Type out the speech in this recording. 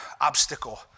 obstacle